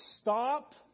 stop